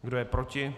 Kdo je proti?